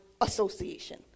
association